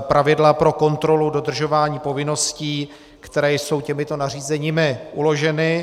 pravidla pro kontrolu dodržování povinností, které jsou těmito nařízeními uloženy.